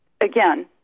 again